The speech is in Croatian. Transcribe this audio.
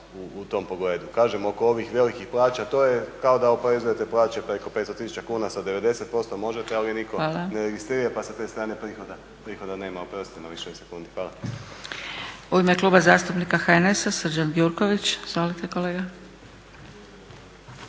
u tom pogledu. Kažem, oko ovih velikih plaća to je kao da oporezujete plaće preko 500 tisuća kuna sa 90%. Možete, ali nitko ne registrira pa sa te strane prihoda nema. Hvala. **Zgrebec, Dragica (SDP)** U ime Kluba zastupnika HNS-a Srđan Gjurković. Izvolite kolega.